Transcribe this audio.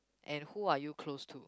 and who are you close to